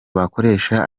bakoreshaga